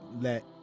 let